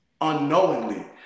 unknowingly